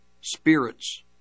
spirits